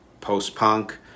post-punk